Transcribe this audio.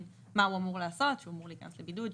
מה הוא אמור לעשות שהוא אמור להיכנס לבידוד,